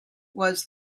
was